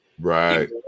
Right